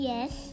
Yes